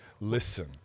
listen